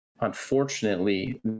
unfortunately